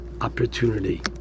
opportunity